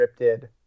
scripted